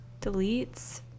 deletes